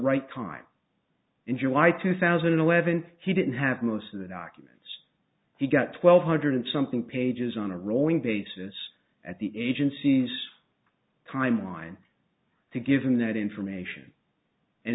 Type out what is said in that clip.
right time in july two thousand and eleven he didn't have most of the documents he got twelve hundred something pages on a rolling basis at the agency's timeline to give him that information